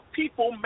people